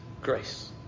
grace